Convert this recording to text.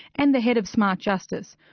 and the head of smart justice,